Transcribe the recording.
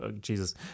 Jesus